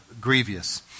grievous